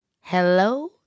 hello